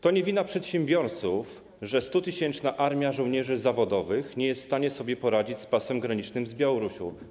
To nie wina przedsiębiorców, że 100-tysięczna armia żołnierzy zawodowych nie jest w stanie sobie poradzić z pasem granicznym z Białorusią.